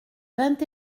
vingt